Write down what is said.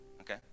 Okay